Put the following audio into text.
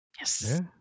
Yes